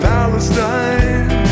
Palestine